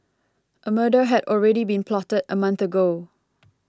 a murder had already been plotted a month ago